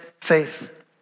faith